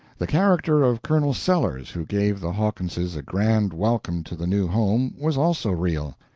the character of colonel sellers, who gave the hawkinses a grand welcome to the new home, was also real.